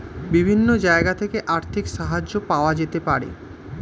বিভিন্ন জায়গা থেকে আর্থিক সাহায্য পাওয়া যেতে পারে